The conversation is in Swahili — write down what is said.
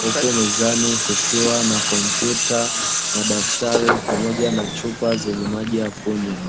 Huku mezani kukiwa na kompyuta, madaftari pamoja na chupa zenye maji ya kunywa.